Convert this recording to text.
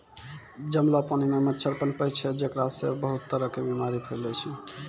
जमलो पानी मॅ मच्छर पनपै छै जेकरा सॅ बहुत तरह के बीमारी फैलै छै